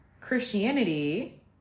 Christianity